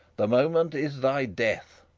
the moment is thy death.